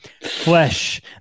Flesh